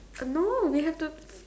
uh no we have the